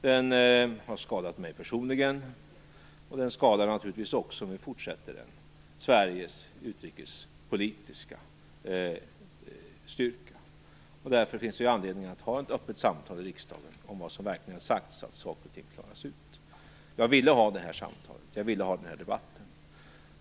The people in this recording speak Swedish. Den har skadat mig personligen, och den skadar givetvis också om vi fortsätter den Sveriges utrikespolitiska styrka. Därför finns det anledning att ha ett öppet samtal i riksdagen om vad som verkligen har sagts så att saker och ting klaras ut. Jag ville ha det här samtalet, och jag ville ha den här debatten.